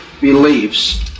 beliefs